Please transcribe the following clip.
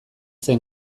zen